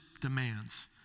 demands